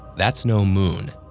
that's no moon.